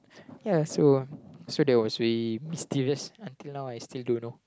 ya so so there was very mysterious until now I still don't know